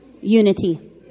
Unity